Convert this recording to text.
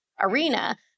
arena